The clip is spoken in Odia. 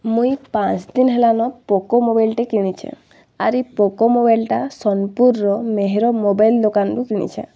ମୁଇଁ ପାଞ୍ଚ ଦିନ୍ ହେଲାନ ପୋକୋ ମୋବାଇଲ୍ଟେ କିଣିଚେଁ ଆର୍ ପୋକୋ ମୋବାଇଲ୍ଟା ସୋନ୍ପୁର୍ର ମେହେର ମୋବାଇଲ୍ ଦୋକାନ୍ରୁ କିଣିଚେଁ